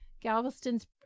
Galveston's